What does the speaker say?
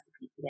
today